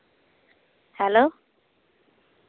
hello